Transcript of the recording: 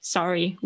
Sorry